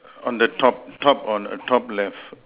on the top top on a top left